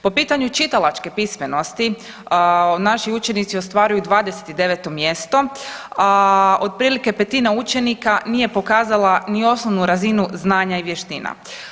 Po pitanju čitalačke pismenosti naši učenici ostvaruju 29. mjesto, a otprilike petina učenika nije pokazala ni osnovu razinu znanja i vještina.